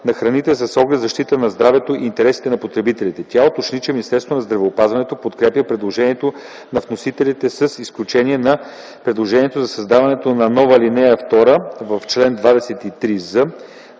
на храните с оглед защита на здравето и интересите на потребителите. Тя уточни, че Министерството на здравеопазването подкрепя предложението на вносителите с изключение на предложението за създаването на нова ал. 2 в чл. 23з,